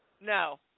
No